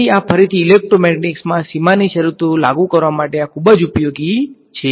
તેથી આ ફરીથી ઇલેક્ટ્રોમેગ્નેટિક્સમાં સીમાની શરતો લાગુ કરવા માટે આ ખૂબ ઉપયોગી છે